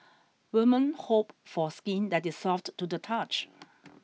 women hope for skin that is soft to the touch